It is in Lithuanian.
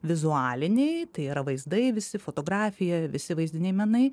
vizualiniai tai yra vaizdai visi fotografija visi vaizdiniai menai